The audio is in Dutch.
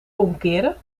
omkeren